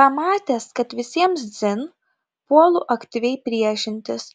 pamatęs kad visiems dzin puolu aktyviai priešintis